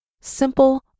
Simple